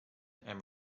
and